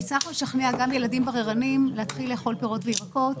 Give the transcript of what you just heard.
הצלחנו לשכנע גם ילדים בררנים להתחיל לאכול פירות וירקות.